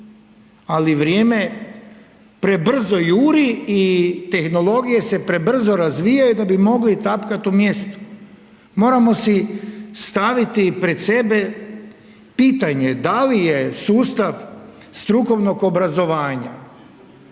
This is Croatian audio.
ali vrijeme prebrzo juri i tehnologije se prebrzo razvijaju da bi mogli tapkat u mjestu. Moramo si staviti pred sebe pitanje, da li je sustav strukovnog obrazovanja